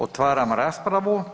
Otvaram raspravu.